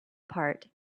part